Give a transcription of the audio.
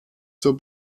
zur